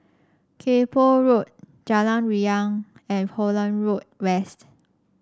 Kay Poh Road Jalan Riang and Holland Road West